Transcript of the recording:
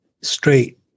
straight